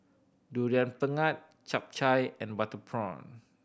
Durian Pengat Chap Chai and butter prawn